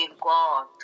God